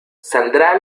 saldrá